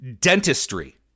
Dentistry